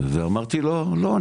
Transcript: אמרתי לו לא,